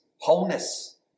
wholeness